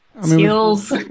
Skills